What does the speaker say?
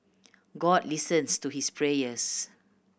God listens to his prayers